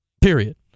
period